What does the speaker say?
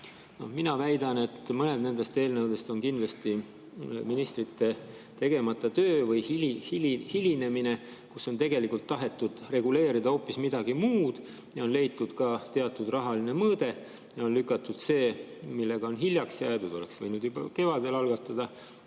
Mina väidan, et mõned nendest eelnõudest on kindlasti ministrite tegemata töö või hilinemine. Tegelikult on tahetud reguleerida hoopis midagi muud ja on leitud teatud rahaline mõõde ja lükatud see, millega on hiljaks jäädud – oleks võinud juba kevadel algatada